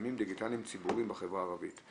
מיזמים דיגיטליים ציבוריים בחברה הערבית.